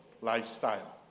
lifestyle